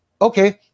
okay